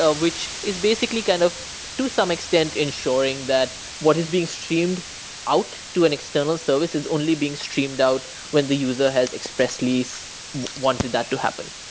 ah which is basically kind of to some extent, ensuring that what is being streamed out to an external service is only being streamed out when the user has expressly so wanted that to happen.